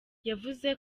yavuze